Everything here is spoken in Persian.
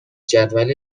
جدول